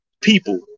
people